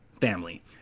family